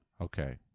Okay